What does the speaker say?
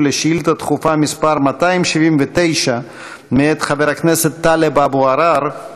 על שאילתה דחופה מס' 279 מאת חבר הכנסת טלב אבו עראר.